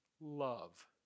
love